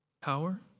Power